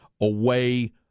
away